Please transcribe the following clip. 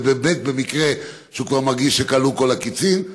זה באמת במקרה שהוא מרגיש שכבר כלו כל הקיצין.